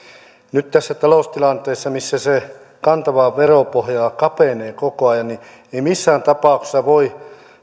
nyt tässä taloustilanteessa missä se kantava veropohja kapenee koko ajan ei missään tapauksessa voi